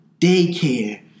Daycare